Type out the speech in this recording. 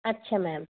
ਅੱਛਾ ਮੈਮ